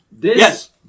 Yes